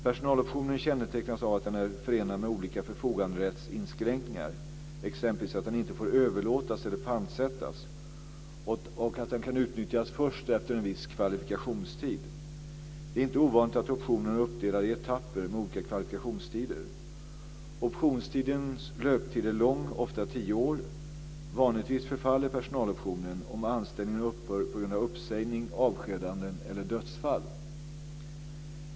Personaloptionen kännetecknas av att den är förenad med olika förfoganderättsinskränkningar - t.ex. att den inte får överlåtas eller pantsättas - och att den kan utnyttjas först efter en viss kvalifikationstid. Det är inte ovanligt att optionen är uppdelad i "etapper" med olika kvalifikationstider. Optionens löptid är lång, ofta tio år. Vanligtvis förfaller personaloptionen om anställningen upphör på grund av uppsägning, avskedande eller dödsfall.